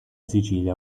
sicilia